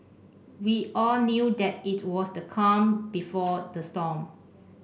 we all knew that it was the calm before the storm